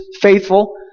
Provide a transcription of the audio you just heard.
faithful